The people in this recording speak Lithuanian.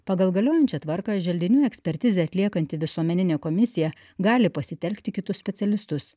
pagal galiojančią tvarką želdinių ekspertizę atliekanti visuomeninė komisija gali pasitelkti kitus specialistus